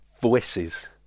voices